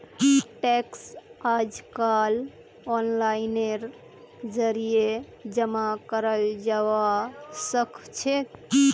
tax अइजकाल ओनलाइनेर जरिए जमा कराल जबा सखछेक